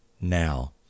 now